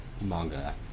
manga